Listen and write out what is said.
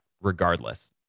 regardless